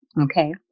Okay